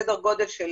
סדר גודל של